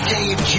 Dave